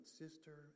sister